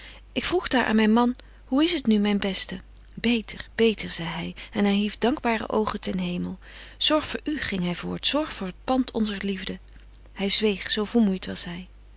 ik vroeg daar aan myn man hoe is het nu myn beste beter beter zei hy en hy hief dankbare oogen ten hemel zorg voor u ging hy voort zorg voor het pand onzer liefde hy zweeg zo vermoeit was